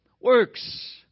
Works